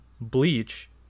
Bleach